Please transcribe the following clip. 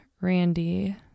Randy